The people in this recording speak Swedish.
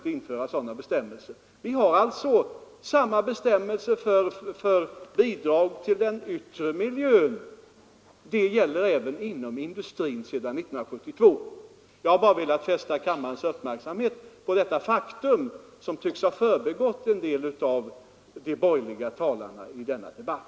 Jag upprepar att samma bestämmelser som gäller för bidrag till åtgärder för förbättrande av den yttre miljön gäller även inom industrin sedan 1972. Jag har bara velat fästa kammarens uppmärksamhet på detta faktum, som tycks ha förbigått en del av de borgerliga talarna i denna debatt.